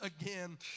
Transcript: again